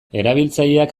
erabiltzaileak